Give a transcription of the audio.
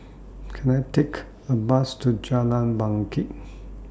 Can I Take A Bus to Jalan Bangket